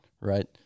Right